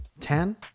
Ten